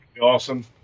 Awesome